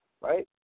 right